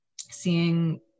seeing